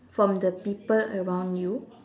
from the people around you